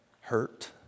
hurt